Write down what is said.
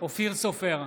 עודד פורר,